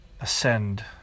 ascend